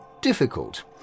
difficult